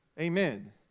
Amen